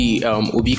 Obi